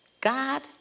God